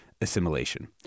Assimilation